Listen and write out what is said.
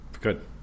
Good